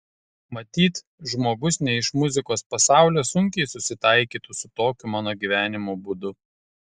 matyt žmogus ne iš muzikos pasaulio sunkiai susitaikytų su tokiu mano gyvenimo būdu